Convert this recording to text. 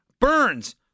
Burns